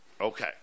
okay